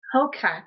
Okay